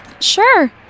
Sure